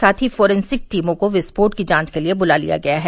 साथ ही फोरेंसिक टीमों को विस्फोट की जांच के लिये बला लिया गया है